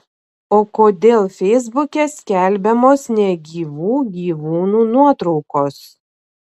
o kodėl feisbuke skelbiamos negyvų gyvūnų nuotraukos